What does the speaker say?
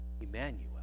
Emmanuel